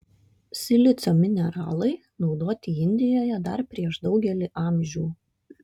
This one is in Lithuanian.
silicio mineralai naudoti indijoje dar prieš daugelį amžių